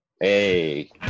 Hey